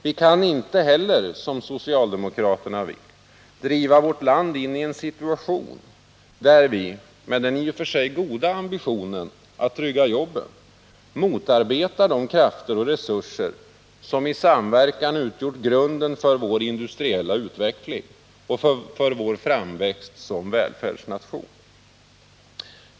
Vi kan inte heller, som socialdemokraterna vill, driva vårt land in i en situation där vi, med den i och för sig goda ambitionen att trygga jobben, motarbetar de krafter och resurser som i samverkan utgjort grunden för vår industriella utveckling och för vår framväxt som välfärdsnation.